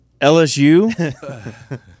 LSU